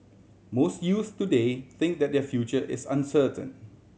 most youths today think that their future is uncertain